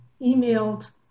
emailed